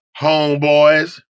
homeboys